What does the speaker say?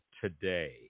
today